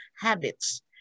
habits